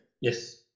Yes